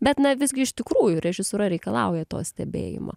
bet na visgi iš tikrųjų režisūra reikalauja to stebėjimo